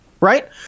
Right